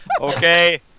Okay